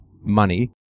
money